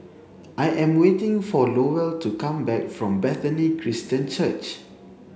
I am waiting for Lowell to come back from Bethany Christian Church